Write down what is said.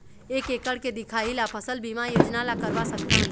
एक एकड़ के दिखाही ला फसल बीमा योजना ला करवा सकथन?